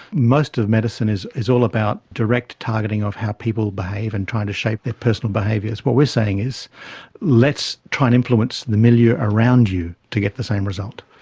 most of medicine is is all about direct targeting of how people behave and trying to shape their personal behaviours. what we're saying is let's try and influence the milieu around you to get the same result.